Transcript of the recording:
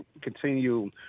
continue